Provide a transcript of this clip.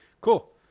Cool